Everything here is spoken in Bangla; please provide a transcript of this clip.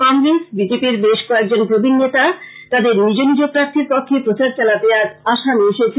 কংগ্রেসো বিজেপির বেশ কয়েকজন প্রবীন নেতা তাদের নিজ নিজ প্রার্থীর পক্ষে প্রচার চালাতে আজ আসামে এসেছেন